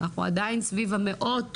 אנחנו עדיין סביב המאות